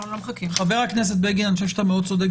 חבר הכנסת בגין, אני חושב שאתה מאוד צודק.